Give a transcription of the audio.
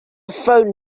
phone